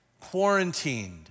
quarantined